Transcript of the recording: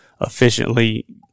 efficiently